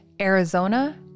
Arizona